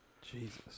Jesus